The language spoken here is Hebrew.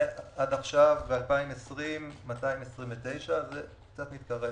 ועד היום ב-2020 229. זה קצת מתקרב